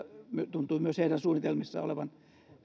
tuntuu myös heidän suunnitelmissaan olevan